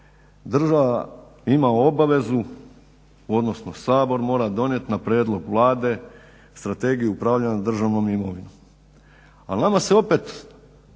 država ima obavezu, odnosno Sabor mora donijeti na prijedlog Vlade Strategiju upravljanja državnom imovinom. Ali nama se opet